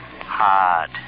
hard